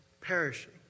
Perishing